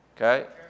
Okay